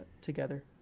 together